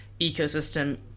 ecosystem